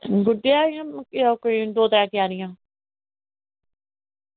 ते गुड्डी आई कोई दौ त्रै क्यारियां